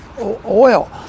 oil